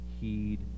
heed